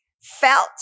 felt